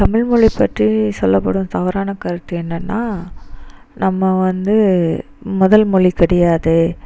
தமிழ்மொழி பற்றி சொல்லப்படும் தவறான கருத்து என்னென்னா நம்ம வந்து முதல் மொழி கிடையாது